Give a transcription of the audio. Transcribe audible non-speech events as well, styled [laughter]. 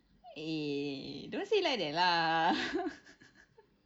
eh don't say like that lah [laughs]